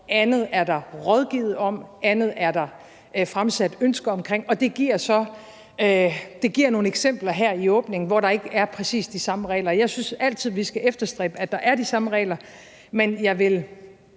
andet er der rådgivet om, og andet igen er der fremsat ønsker omkring, og det giver nogle eksempler her i åbningen, hvor der ikke er præcis de samme regler. Jeg synes altid, vi skal efterstræbe, at der er de samme regler, men jeg vil